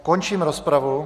Končím rozpravu.